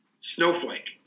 Snowflake